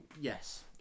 yes